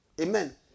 Amen